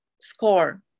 score